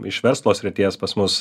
iš verslo srities pas mus